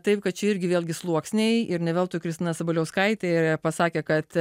taip kad čia irgi vėlgi sluoksniai ir ne veltui kristina sabaliauskaitė ir pasakė kad